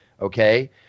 Okay